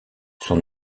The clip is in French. son